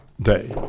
day